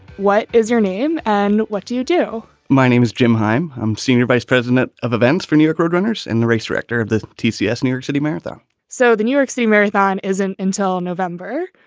what is your name and what do you do? my name is jim heim. i'm senior vice president of events for new york road runners in the race, rector of the t c s new york city marathon so the new york city marathon isn't until november.